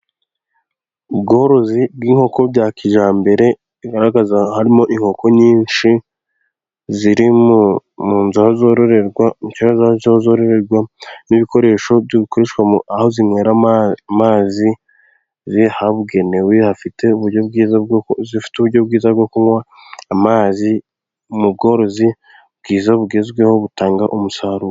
Ubworozi bw'inkoko bwa kijyambere bigaragara ko harimo inkoko nyinshi ziri munzu aho zororerwa cyangwa aho zororerwa n'ibikoresho byogukoreshwa aho zinywera amazi habugenewe hafite uburyo bwiza bwo kunywa amazi. ni ubworozi bwiza bugezweho butanga umusaruro.